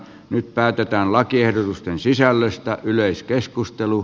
nyt päätetään lakiehdotusten sisällöstä yleiskeskustelu